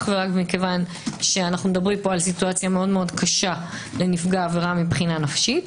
כי אנו מדברים פה על מצב מאוד קשה לנפגע העבירה נפשית,